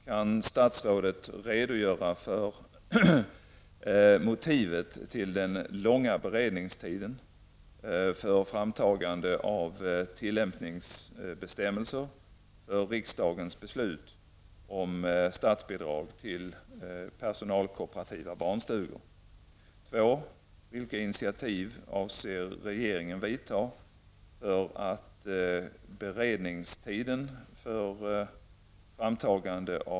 Kan statsrådet redogöra för motiven till den långa beredningstiden för framtagande av tillämpningsbestämmelser för riksdagens beslut om statsbidrag till personalkooperativa barnstugor? 3.